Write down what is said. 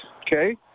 okay